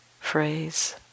phrase